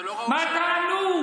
מה תענו?